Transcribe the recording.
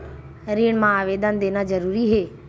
ऋण मा आवेदन देना जरूरी हे?